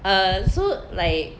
err so like